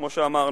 כמו שאמרנו,